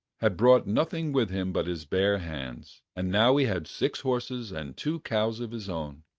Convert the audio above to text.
had brought nothing with him but his bare hands, and now he had six horses and two cows of his own.